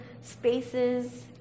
spaces